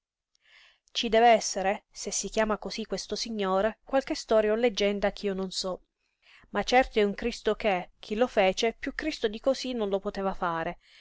ci dev'essere se si chiama cosí questo signore qualche storia o leggenda ch'io non so ma certo è un cristo che chi lo fece piú cristo di cosí non lo poteva fare